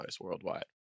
worldwide